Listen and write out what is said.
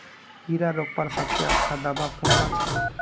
कीड़ा रोकवार सबसे अच्छा दाबा कुनला छे?